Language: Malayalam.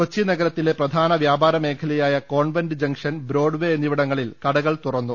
കൊച്ചി നഗരത്തിലെ പ്രധാന വ്യാപാര മേഖലയായ കോൺവെന്റ് ജംഗ്ഷൻ ബ്രോഡ്വേ എന്നിവിടങ്ങളിൽ കടകൾ തുറന്നു